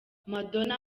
madonna